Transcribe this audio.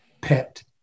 pet